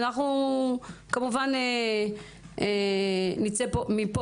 אנחנו כמובן נצא מפה,